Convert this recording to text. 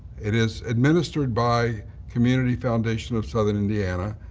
it is administered by community foundation of southern indiana,